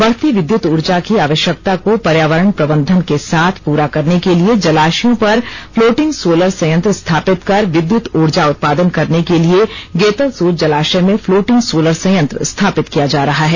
बढ़ती विद्युत ऊर्जा की आवश्यकता को पर्यावरण प्रबंधन के साथ पूरा करने के लिए जलाशयों पर फ्लोटिंग सोलर संयंत्र स्थापित कर विद्यत ऊर्जा उत्पादन करने के लिए गेतलसूद जलाशय में फ्लोटिंग सोलर संयंत्र स्थापित किया जा रहा है